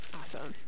Awesome